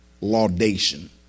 Laudation